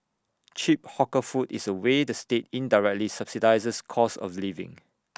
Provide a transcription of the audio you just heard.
cheap hawker food is A way the state indirectly subsidises cost of living